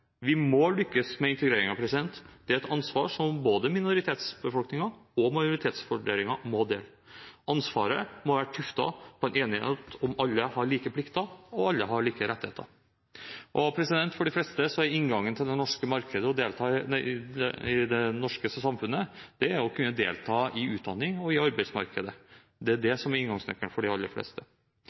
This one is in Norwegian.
Vi må lykkes med integreringen. Det er et ansvar som både minoritetsbefolkningen og majoritetsbefolkningen må dele. Ansvaret må være tuftet på en enighet om at alle har like plikter, og alle har like rettigheter. Og for de fleste er inngangen til det norske samfunnet å kunne delta i utdanning og i arbeidsmarkedet – det er det som er inngangsnøkkelen for de aller fleste.